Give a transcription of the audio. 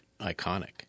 Iconic